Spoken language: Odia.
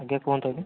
ଆଜ୍ଞା କୁହନ୍ତୁ ଆଜ୍ଞା